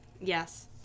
Yes